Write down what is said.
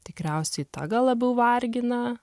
tikriausiai ta gal labiau vargina